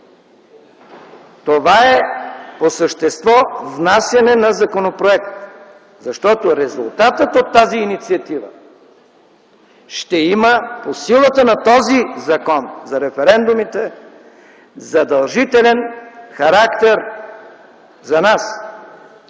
Това е по същество внасяне на законопроект, защото резултатът от тази инициатива ще има, по силата на този закон за референдумите, задължителен характер за нас, тоест